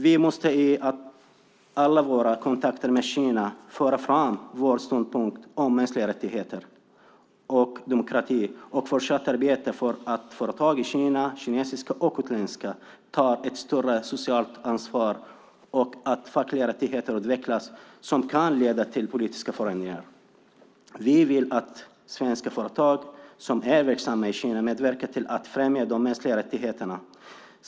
Vi måste i alla våra kontakter med Kina föra fram vår ståndpunkt om mänskliga rättigheter och demokrati och fortsätta arbetet för att företag i Kina, kinesiska och utländska, tar ett större socialt ansvar och att fackliga rättigheter utvecklas som kan leda till politiska förändringar. Vi vill att svenska företag som är verksamma i Kina medverkar till att främja de mänskliga rättigheterna.